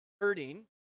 hurting